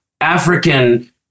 African